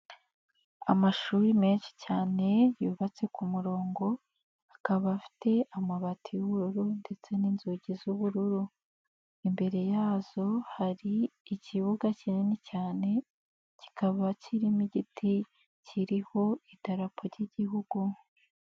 Amashuri menshi cyane yubatse ku murongo akaba afite amabati y'ubururu ndetse n'inzugi z'ubururu, imbere yazo hari ikibuga kinini cyane kikaba kirimo igiti kiriho idarapo ry'Igihugu.